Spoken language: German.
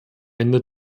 ende